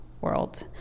world